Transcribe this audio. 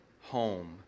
home